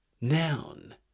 Noun